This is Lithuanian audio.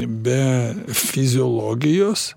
be fiziologijos